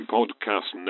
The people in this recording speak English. Podcast